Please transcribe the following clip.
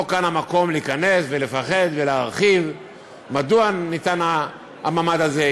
לא כאן המקום להיכנס ולפרט ולהרחיב מדוע ניתן המעמד הזה,